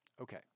Okay